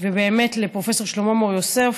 ובאמת לפרופ' שלמה מור יוסף,